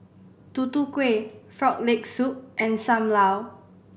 Tutu Kueh Frog Leg Soup and Sam Lau